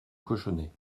cochonnet